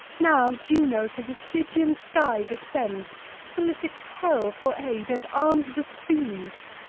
now juno to the stygian sky descends, solicits hell for aid, and arms the fiends.